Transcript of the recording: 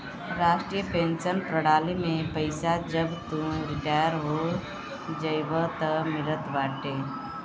राष्ट्रीय पेंशन प्रणाली में पईसा जब तू रिटायर हो जइबअ तअ मिलत बाटे